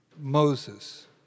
Moses